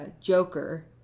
Joker